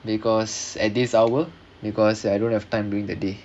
because at this hour because I don't have time during the day